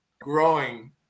growing